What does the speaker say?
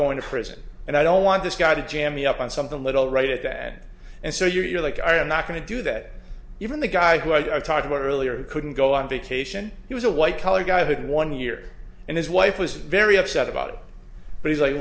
going to prison and i don't want this guy to jam me up on something little right at the ad and so you know like i am not going to do that even the guy who i talked about earlier couldn't go on vacation he was a white collar guy who did one year and his wife was very upset about it but he's like